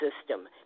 system